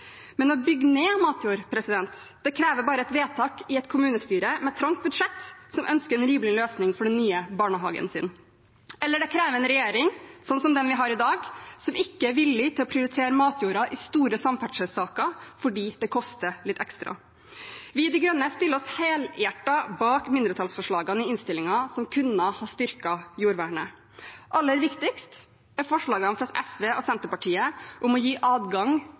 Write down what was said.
Men å bygge ned matjord krever bare et vedtak i et kommunestyre med trangt budsjett som ønsker en rimelig løsning for den nye barnehagen sin – eller det krever en regjering, som den vi har i dag, som ikke er villig til å prioritere matjorda i store samferdselssaker, fordi det koster litt ekstra. Vi i Miljøpartiet De Grønne stiller oss helhjertet bak mindretallsforslagene i innstillingen som kunne ha styrket jordvernet. Aller viktigst er forslagene fra SV og Senterpartiet om å gi adgang